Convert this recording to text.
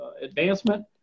Advancement